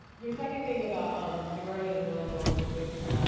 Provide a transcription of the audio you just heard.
your second thing about um the guardian and millennial voices,